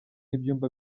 ibyumba